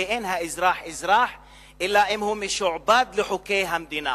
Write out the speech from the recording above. ואין האזרח אזרח אלא אם כן הוא משועבד לחוקי המדינה.